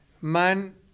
man